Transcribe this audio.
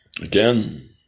Again